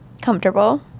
Comfortable